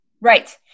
right